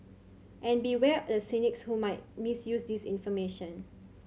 and beware the cynics who might misuse this information